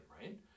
right